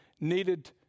needed